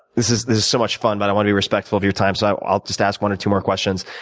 this is this is so much fun, but i want to be respectful of your time. so i'll just ask one or two more questions.